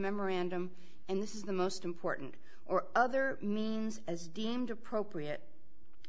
memorandum and this is the most important or other means as deemed appropriate